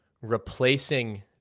replacing